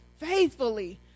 faithfully